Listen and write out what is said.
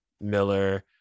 Miller